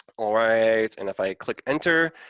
all right, and if i click enter,